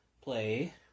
play